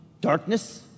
darkness